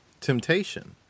temptation